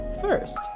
first